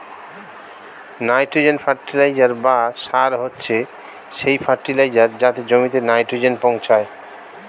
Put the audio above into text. nitrogen fertiliser বা সার হচ্ছে সেই ফার্টিলাইজার যাতে জমিতে নাইট্রোজেন পৌঁছায়